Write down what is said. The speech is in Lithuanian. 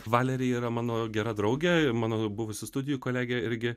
valeri yra mano gera draugė mano buvusių studijų kolegė irgi